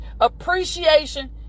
appreciation